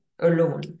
alone